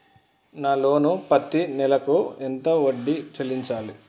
నా లోను పత్తి నెల కు ఎంత వడ్డీ చెల్లించాలి?